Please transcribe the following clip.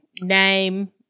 name